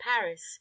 Paris